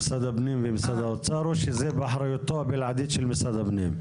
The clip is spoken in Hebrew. האם זה משרד הפנים ומשרד האוצר או שזה באחריותו הבלעדית של משרד הפנים?